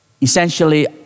essentially